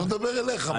אני לא מדבר עליך.